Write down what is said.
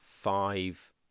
five